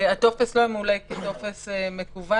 הטופס לא ימולא כטופס מקוון.